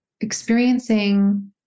experiencing